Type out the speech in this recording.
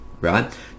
Right